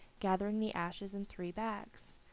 gathering the ashes in three bags.